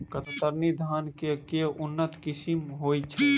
कतरनी धान केँ के उन्नत किसिम होइ छैय?